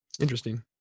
Interesting